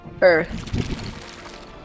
Earth